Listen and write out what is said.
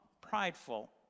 prideful